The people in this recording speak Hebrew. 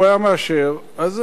אז זה לא נעים,